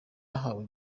yahawe